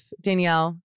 danielle